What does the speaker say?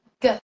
Good